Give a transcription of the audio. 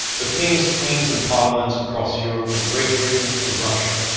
the kings, queens and parliaments across europe from great britain to russia,